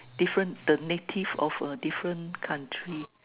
different the native of a different country